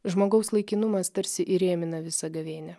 žmogaus laikinumas tarsi įrėmina visą gavėnią